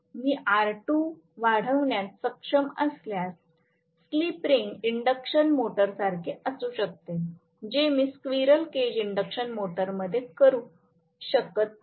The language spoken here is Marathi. मी R2 वाढविण्यात सक्षम असल्यास स्लिप रिंग इंडक्शन मोटरसारखे असू शकते जे मी स्क्विरल केज इंडकशन मोटर मध्ये करू शकत नाही